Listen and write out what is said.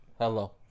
hello